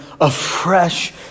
afresh